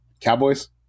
Cowboys